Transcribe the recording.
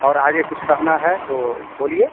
और आगे कुछ कहना है तो बोलिए